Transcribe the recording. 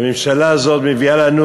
הממשלה הזאת מביאה לנו